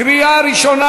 קריאה ראשונה.